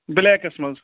بٕلیکَس منٛز